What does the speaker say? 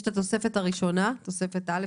יש התוספת הראשונה, תוספת א',